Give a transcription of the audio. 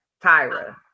Tyra